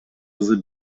кызы